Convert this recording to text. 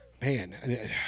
Man